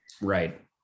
Right